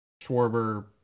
Schwarber